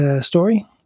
story